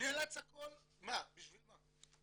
נאלץ הכל, מה, בשביל מה?